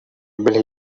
billion